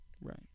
Right